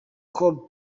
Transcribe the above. col